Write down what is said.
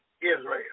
Israel